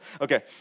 Okay